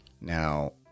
Now